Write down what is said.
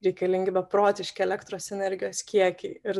reikalingi beprotiški elektros energijos kiekiai ir